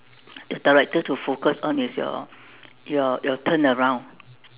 the director to focus on is your your your turnaround